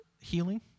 healing